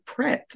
prepped